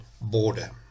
border